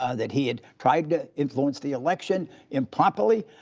ah that he had tried to influence the election improperly,